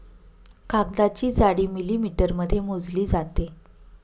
कागदाची जाडी मिलिमीटरमध्ये मोजली जाते